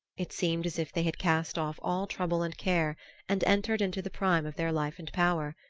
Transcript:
it seemed as if they had cast off all trouble and care and entered into the prime of their life and power,